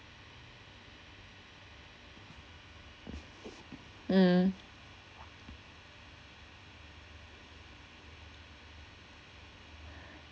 mm